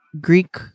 Greek